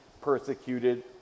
persecuted